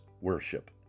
worship